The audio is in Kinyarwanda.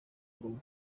rumwe